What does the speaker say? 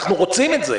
אנחנו רוצים את זה.